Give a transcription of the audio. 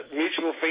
mutual